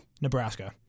Nebraska